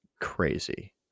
crazy